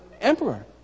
emperor